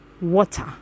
water